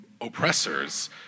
oppressors